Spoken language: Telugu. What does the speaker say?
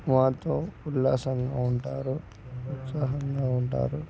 మాతో ఉల్లాసంగా ఉంటారు ఉత్సాహంగా ఉంటారు